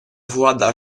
włada